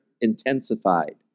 intensified